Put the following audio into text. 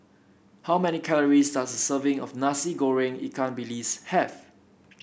how many calories does a serving of Nasi Goreng Ikan Bilis have